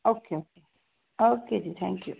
okay okay okay ਜੀ thank you